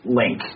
link